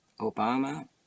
obama